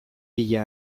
bila